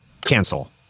Cancel